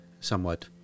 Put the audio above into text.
somewhat